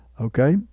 Okay